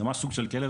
זה ממש סוג של כלא,